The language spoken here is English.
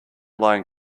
line